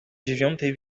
dziewiątej